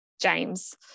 James